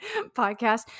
Podcast